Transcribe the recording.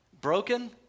Broken